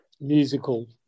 musical